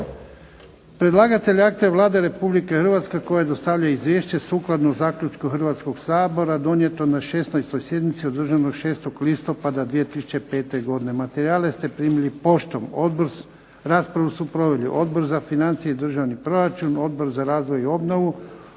Predlagatelj akta je Vlada Republike Hrvatske koja dostavlja izvješće sukladno zaključku Hrvatskog sabora donijeto na 16. sjednici održanoj 6. listopada 2005. godine. Materijale ste primili poštom. Raspravu su proveli: Odbor za financije i državni proračun, Odbor za razvoj i obnovu,